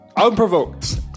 Unprovoked